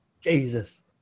Jesus